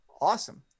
Awesome